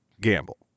gamble